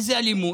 איזה אלימות?